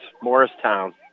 Morristown